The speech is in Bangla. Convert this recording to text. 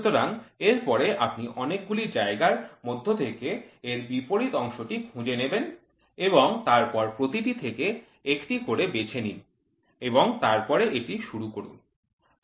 সুতরাং এরপরে আপনি অনেকগুলি জায়গার মধ্য থেকে এর বিপরীত অংশটি খুঁজে নেবেন এবং তারপরে প্রতিটি থেকে একটি করে বেছে নিন এবং তারপরে এটি শুরু করুন